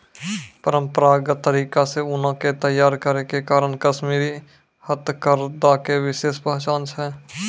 परंपरागत तरीका से ऊनो के तैय्यार करै के कारण कश्मीरी हथकरघा के विशेष पहचान छै